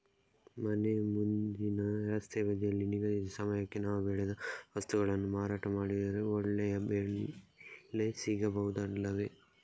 ಮನೆ ಮುಂದಿನ ರಸ್ತೆ ಬದಿಯಲ್ಲಿ ನಿಗದಿತ ಸಮಯಕ್ಕೆ ನಾವು ಬೆಳೆದ ವಸ್ತುಗಳನ್ನು ಮಾರಾಟ ಮಾಡಿದರೆ ಒಳ್ಳೆಯ ಬೆಲೆ ಸಿಗಬಹುದು ಅಲ್ಲವೇ?